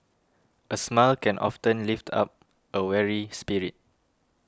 a smile can often lift up a weary spirit